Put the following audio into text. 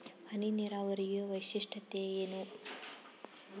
ಹನಿ ನೀರಾವರಿಯ ವೈಶಿಷ್ಟ್ಯತೆ ಏನು?